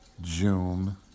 June